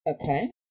Okay